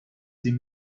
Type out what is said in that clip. sie